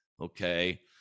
okay